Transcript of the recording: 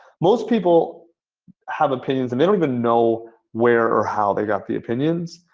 most people have opinions and they don't even know where or how they got the opinions.